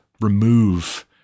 remove